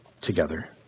together